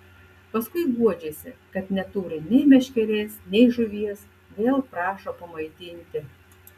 paskui guodžiasi kad neturi nei meškerės nei žuvies vėl prašo pamaitinti